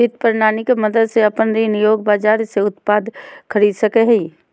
वित्त प्रणाली के मदद से अपन ऋण योग्य बाजार से उत्पाद खरीद सकेय हइ